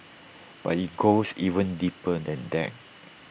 but IT goes even deeper than that